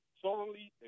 thoroughly